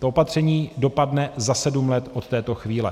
To opatření dopadne za sedm let od této chvíle.